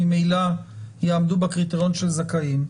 ממילא יעמדו בקריטריון של זכאים.